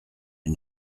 une